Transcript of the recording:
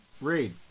Read